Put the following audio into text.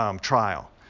trial